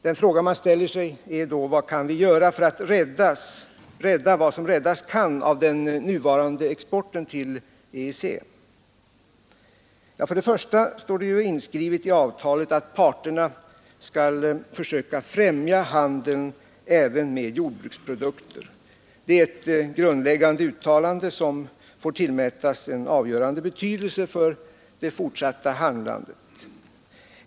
Den fråga man ställer sig är då: Vad kan vi göra för att rädda vad som räddas kan av den nuvarande exporten till EEC? För det första står det inskrivet i avtalet att parterna skall försöka främja handeln även med jordbruksprodukter. Det är ett grundläggande uttalande, som får tillmätas en avgörande betydelse för det fortsatta handlandet.